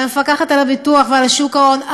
על המפקחת על הביטוח ועל שוק ההון,